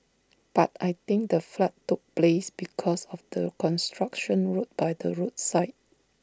but I think the flood took place because of the construction road by the roadside